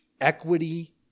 equity